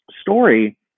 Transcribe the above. story